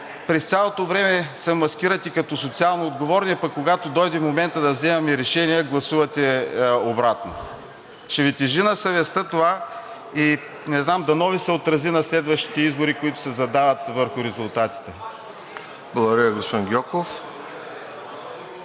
през цялото време се маскирате като социално отговорни, а когато дойде моментът да вземем решение, гласувате обратно? Ще Ви тежи на съвестта това и не знам – дано да Ви се отрази на следващите избори, които се задават, върху резултатите. ПРЕДСЕДАТЕЛ РОСЕН